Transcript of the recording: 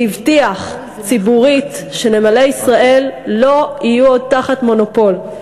שהבטיח ציבורית שנמלי ישראל לא יהיו עוד תחת מונופול.